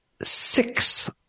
six